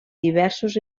diversos